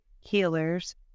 healers